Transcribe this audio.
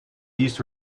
east